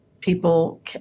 people